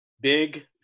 Big